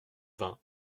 vingts